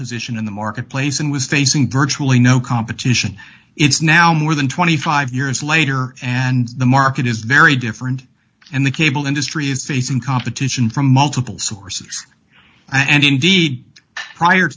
position in the marketplace and was facing virtually no competition it's now more than twenty five years later and the market is very different and the cable industry is facing competition from multiple sources and indeed prior